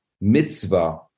mitzvah